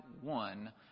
one